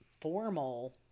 formal